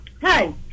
hey